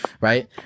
right